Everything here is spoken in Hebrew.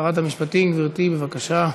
שרת המשפטים, גברתי, בבקשה.